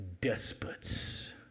despots